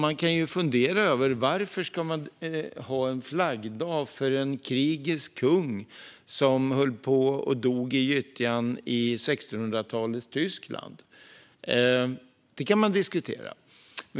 Man kan ju fundera över varför vi ska ha en flaggdag för en krigisk kung som dog i gyttjan i 1600-talets Tyskland. Det kan man diskutera.